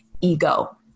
ego